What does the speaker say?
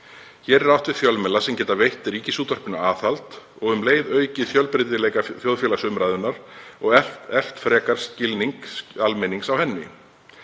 Hér er átt við fjölmiðla sem geti veitt Ríkisútvarpinu aðhald og um leið aukið fjölbreytileika þjóðfélagsumræðunnar og eflt frekar skilning almennings á henni.